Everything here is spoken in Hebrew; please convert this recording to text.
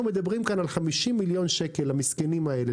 אנחנו מדברים כאן על 50 מיליון שקל למסכנים האלה,